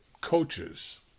coaches